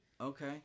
Okay